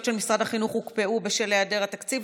של משרד החינוך הוקפאו בשל היעדר התקציב,